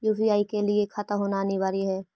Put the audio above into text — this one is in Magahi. यु.पी.आई के लिए खाता होना अनिवार्य है?